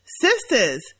Sisters